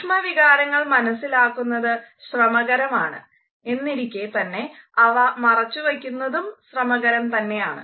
സൂക്ഷ്മ വികാരങ്ങൾ മനസ്സിലാക്കുന്നത് ശ്രമകരമാണ് എന്നിരിക്കെ തന്നെ അവ മറച്ചുവയ്ക്കുന്നതും ശ്രമകരം തന്നെയാണ്